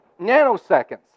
nanoseconds